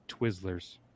Twizzlers